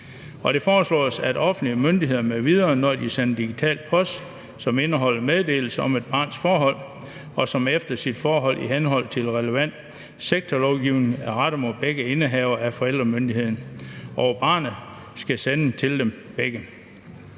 Det foreslås, at offentlige myndigheder m.v., når de sender digital post, som indeholder meddelelse om et barns forhold, og som efter sit indhold i henhold til den relevante sektorlovgivning er rettet mod begge indehavere af forældremyndigheden over barnet, skal sende den digitale